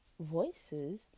voices